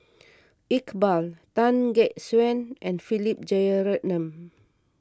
Iqbal Tan Gek Suan and Philip Jeyaretnam